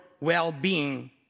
well-being